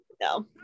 no